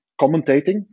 commentating